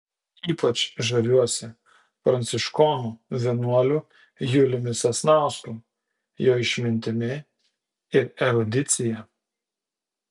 ypač žaviuosi pranciškonų vienuoliu juliumi sasnausku jo išmintimi ir erudicija